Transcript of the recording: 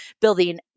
building